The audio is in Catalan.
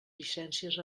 llicències